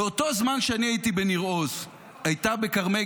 באותו זמן שאני הייתי בניר עוז הייתה בכרמי